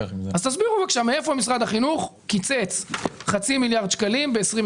תסבירו בבקשה מאיפה משרד החינוך קיצץ חצי מיליארד שקלים ב-2021.